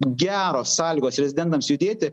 geros sąlygos rezidentams judėti